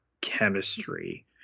chemistry